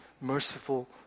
merciful